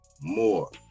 more